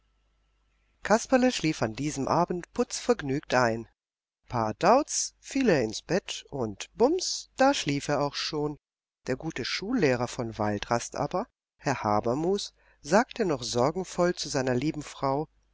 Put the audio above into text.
kasperle schlief an diesem abend putzvergnügt ein pardauz fiel er ins bett und bums da schlief er auch schon der gute schullehrer von waldrast aber herr habermus sagte noch sorgenvoll zu seiner lieben frau